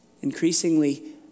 increasingly